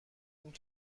این